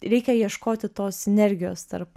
reikia ieškoti tos sinergijos tarp